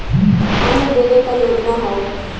अन्न देवे क योजना हव